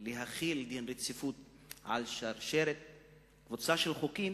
להחיל דין רציפות על קבוצה של חוקים.